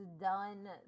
done